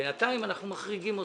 בינתיים אנחנו מחריגים אותו.